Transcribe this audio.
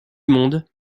monde